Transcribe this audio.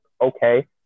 okay